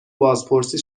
بازپرسی